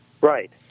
Right